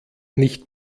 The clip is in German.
nicht